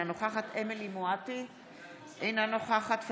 אינה נוכחת אמילי חיה מואטי,